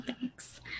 thanks